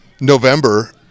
November